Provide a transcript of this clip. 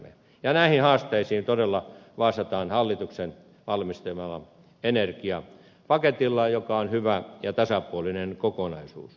näihin haasteisiin todella vastataan hallituksen valmistelemalla energiapaketilla joka on hyvä ja tasapuolinen kokonaisuus